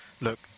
look